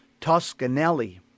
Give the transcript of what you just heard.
Toscanelli